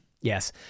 yes